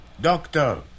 Doctor